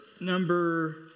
number